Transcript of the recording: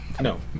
No